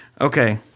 Okay